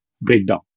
breakdown